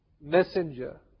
messenger